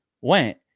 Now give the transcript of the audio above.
went